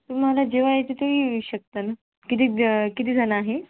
तुम्हाला जेव्हा यायचं तेव्हा येऊ शकता ना किती किती जणं आहे